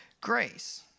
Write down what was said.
grace